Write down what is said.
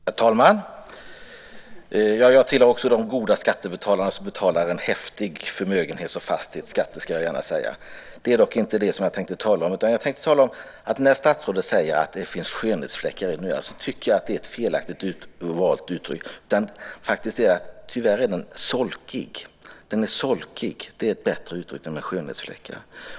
Herr talman! Jag tillhör också de goda skattebetalare som betalar en häftig förmögenhets och fastighetsskatt - det ska jag gärna säga. Men det är inte det som jag tänker tala om. Statsrådet säger att det finns skönhetsfläckar i förmögenhetsskatten. Jag tycker att det är ett felaktigt valt uttryck. Tyvärr är den solkig. Det är en bättre uttryck än skönhetsfläckar.